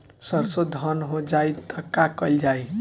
सरसो धन हो जाई त का कयील जाई?